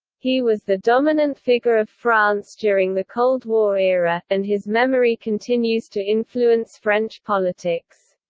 he was the dominant figure of france during the cold war era, and his memory continues to influence french politics.